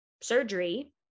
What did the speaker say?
surgery